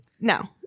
No